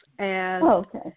okay